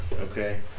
Okay